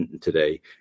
today